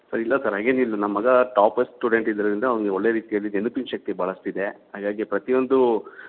sir ಇಲ್ಲ sir ಹಾಗೇನಿಲ್ಲ ನಮ್ಮ ಮಗ ಟಾಪರ್ಸ್ ಸ್ಟೂಡೆಂಟ್ ಇದ್ದಿದ್ದರಿಂದ ಅವನಿಗೆ ಒಳ್ಳೆಯ ರೀತಿಯಲ್ಲಿ ನೆನಪಿನ ಶಕ್ತಿ ಬಹಳಷ್ಟಿದೆ ಹಾಗಾಗಿ ಪ್ರತಿಯೊಂದೂ